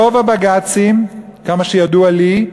רוב הבג"צים, עד כמה שידוע לי,